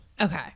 Okay